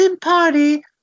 party